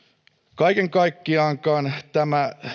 kaiken kaikkiaankaan tämä